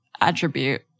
attribute